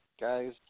guys